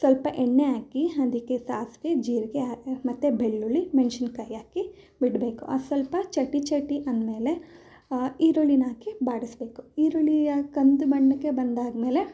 ಸ್ವಲ್ಪ ಎಣ್ಣೆ ಹಾಕಿ ಅದಕ್ಕೆ ಸಾಸಿವೆ ಜೀರಿಗೆ ಹ ಮತ್ತೆ ಬೆಳ್ಳುಳ್ಳಿ ಮೆಣ್ಸಿನಕಾಯಿ ಹಾಕಿ ಬಿಡಬೇಕು ಅದ್ಸ್ವಲ್ಪ ಚಟಿ ಚಟಿ ಅಂದಮೇಲೆ ಈರುಳ್ಳಿನ ಹಾಕಿ ಬಾಡಿಸಬೇಕು ಈರುಳ್ಳಿಯು ಕಂದು ಬಣ್ಣಕ್ಕೆ ಬಂದಾದಮೇಲೆ